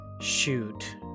shoot